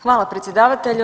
Hvala predsjedavatelju.